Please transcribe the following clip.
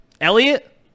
Elliot